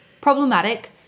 problematic